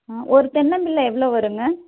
ஆ ஒரு தென்னம்பிள்ளை எவ்வளோ வரும்ங்க